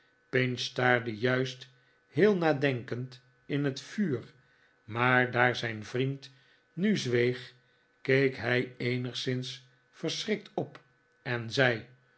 pinch staarde juist heel nadenkend in het vuur maar daar zijn vriend nu zweeg keek hij eenigszins verschrikt op en zei